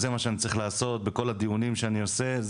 זה מה שאני צריך לעשות בכל הדיונים שאני עושה.